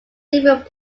different